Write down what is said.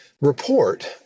report